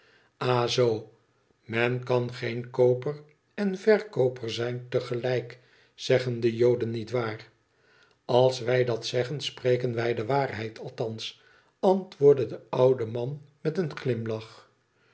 zoo i men kan geen kooper en verkooper zijn te gelijk zeggen de joden niet waar als wij dat zeggen spreken wij de waarheid althans antwoordde de oude man met een glimlach